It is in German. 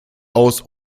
aus